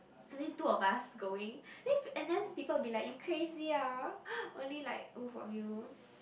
two of us going and then people will be like you crazy ah only like both of you